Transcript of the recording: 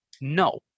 No